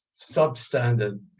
substandard